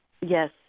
Yes